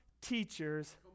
teachers